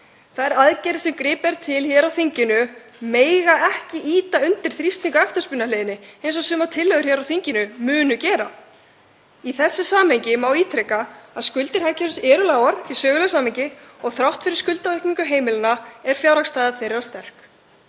Þær aðgerðir sem gripið er til hér á þinginu mega ekki ýta undir þrýsting á eftirspurnarhliðinni eins og sumar tillögur á þinginu munu gera. Í þessu samhengi má ítreka að skuldir hagkerfisins eru lágar í sögulegu samhengi og þrátt fyrir skuldaaukningu heimilanna er fjárhagsstaða þeirra sterk.